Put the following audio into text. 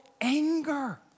anger